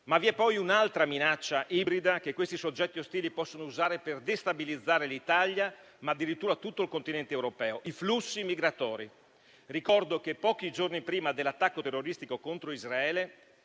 Vi è poi un'altra minaccia ibrida che questi soggetti ostili possono usare per destabilizzare l'Italia, ma addirittura tutto il continente europeo: i flussi migratori. Ricordo che pochi giorni prima dell'attacco terroristico contro Israele,